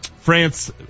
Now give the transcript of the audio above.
France